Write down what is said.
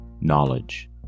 knowledge